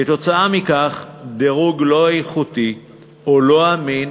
כתוצאה מכך דירוג לא איכותי או לא אמין